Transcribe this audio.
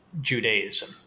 Judaism